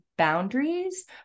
Boundaries